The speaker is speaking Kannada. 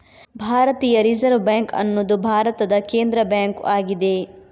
ಭಾರತೀಯ ರಿಸರ್ವ್ ಬ್ಯಾಂಕ್ ಅನ್ನುದು ಭಾರತದ ಕೇಂದ್ರ ಬ್ಯಾಂಕು ಆಗಿದೆ